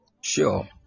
sure